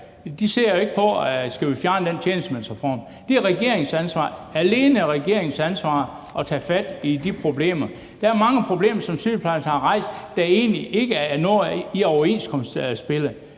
De ser jo ikke på, om vi skal fjerne den tjenestemandsreform. Det er regeringens ansvar – alene regeringens ansvar – at tage fat i de problemer. Der er mange problemstillinger, som sygeplejerskerne har rejst, og som egentlig ikke er noget, der ligger